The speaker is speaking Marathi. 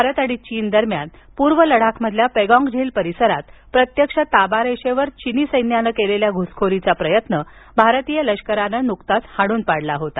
भारत आणि चीन दरम्यान पूर्व लडाखमधील पेन्गोंग झील परिसरात प्रत्यक्ष ताबारेषेवर चिनी सैन्यानं केलेल्या घुसखोरीचा प्रयत्न भारतीय लष्करानं नुकताच हाणून पडला होता